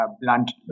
blunt